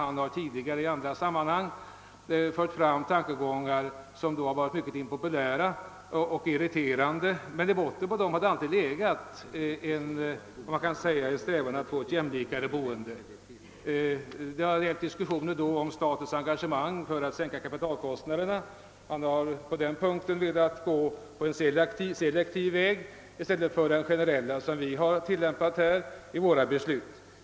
Han har tidigare i andra sammanhang fört fram tankar som då varit mycket impopulära och irriterande, men i botten har det alltid legat en strävan efter ett jämlikare boende. Det har då gällt diskussioner om statens engagemang för att sänka kapitalkostnaderna. Han har på den punkten velat gå en selektiv väg i stället för den generella som vi har följt i våra beslut.